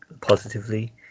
positively